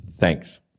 Thanks